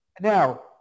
now